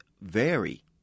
vary